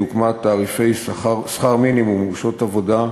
דוגמת תעריפי שכר מינימום ושעות עבודה,